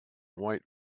white